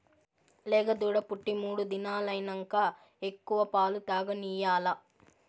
లేగదూడ పుట్టి మూడు దినాలైనంక ఎక్కువ పాలు తాగనియాల్ల